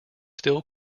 still